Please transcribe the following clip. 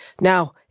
Now